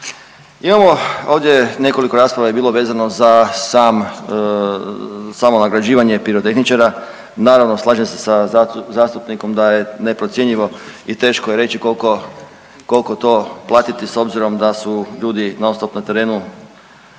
Imamo ovdje nekoliko rasprava je bilo vezano za sam, samo nagrađivanje pirotehničara, naravno, slažem se sa zastupnikom da je neprocjenjivo i teško je reći koliko to platiti s obzirom da su ljudi non stop na terenu